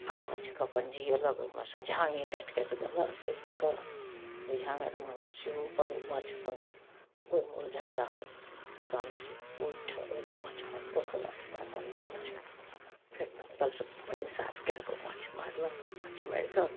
आ माँछके अपन बझेलक ओहिमेसँ झांगी काटि काटि देलक ओहिमे कऽ ओहि झांगरमे सेहो अपन माँछ अपन ओहिमे उलझल रहल तहन से ओहिठाम ओहिमे माँछके पोषलक तहन ओहि माँछके फेर दमकल सँ पानि साफ कए कऽ माँछ मारलक माँछ मारि कऽ